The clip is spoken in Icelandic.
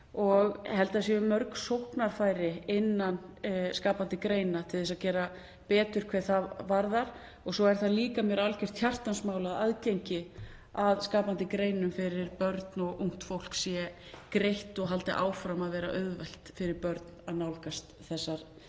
Ég held að það séu mörg sóknarfæri innan skapandi greina til að gera betur hvað það varðar. Svo er það mér líka algert hjartans mál að aðgengi að skapandi greinum fyrir börn og ungt fólk sé greitt og að það haldi áfram að vera auðvelt fyrir börn að nálgast þessar